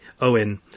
Owen